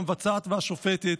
המבצעת והשופטת,